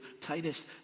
Titus